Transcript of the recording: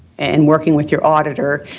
in working with your auditor,